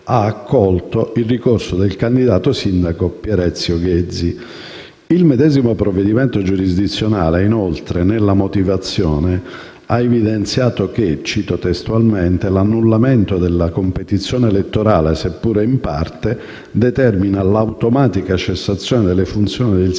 ha accolto il ricorso del candidato sindaco Pier Ezio Ghezzi. Il medesimo provvedimento giurisdizionale, inoltre, nella motivazione, ha evidenziato che «l'annullamento della competizione elettorale, seppure in parte, determina l'automatica cessazione delle funzioni del sindaco